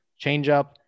changeup